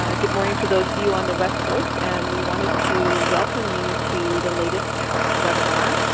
ah good morning to those of you on the west coast. and we wanted to welcome you to the latest cahps webinar,